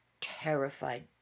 terrified